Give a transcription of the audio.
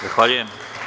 Zahvaljujem.